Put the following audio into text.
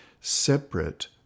separate